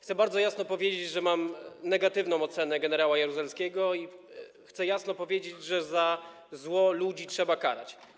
Chcę bardzo jasno powiedzieć, że mam negatywną ocenę gen. Jaruzelskiego, i chcę jasno powiedzieć, że za zło ludzi trzeba karać.